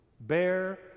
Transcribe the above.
bear